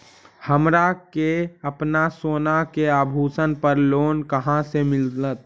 हमरा के अपना सोना के आभूषण पर लोन कहाँ से मिलत?